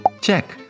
Check